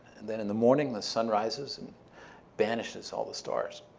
and then in the morning, the sun rises and banishes all the stars.